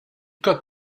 got